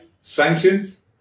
sanctions